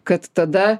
kad tada